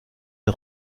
une